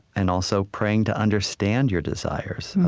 and also praying to understand your desires.